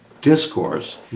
discourse